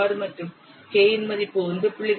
6 மற்றும் k இன் மதிப்பு 1